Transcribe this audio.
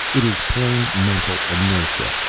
it is plain mental inertia.